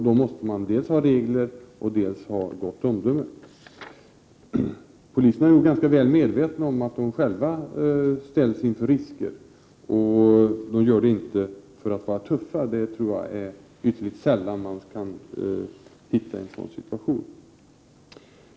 Då måste man ha dels ha regler, dels ett gott omdöme. Poliserna är nog ganska medvetna om att de själva ställs inför risker, och de utsätter sig inte för risker för att vara tuffa. Jag tror det är ytterligt sällan man kan finna en sådan situation.